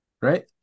right